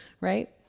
right